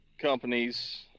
companies